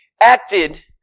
acted